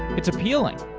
it's appealing.